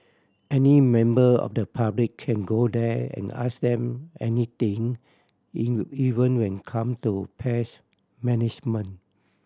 any member of the public can go there and ask them anything even when come to pest management